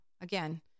again